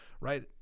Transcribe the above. right